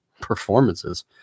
performances